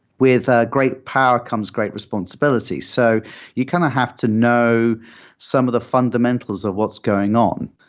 with ah great power comes great responsibility. so you kind of have to know some of the fundamentals of what's going on.